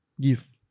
Give